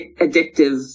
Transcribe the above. addictive